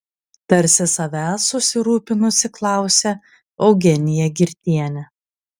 tarsi savęs susirūpinusi klausė eugenija girtienė